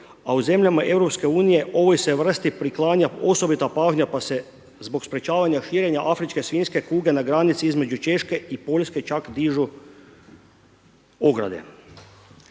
a u zemljama Europske unije ovoj se vrsti priklanja osobita pažnja pa se zbog sprečavanja širenja afričke svinjske kuge na granici između Češke i Poljske čak dižu ograde.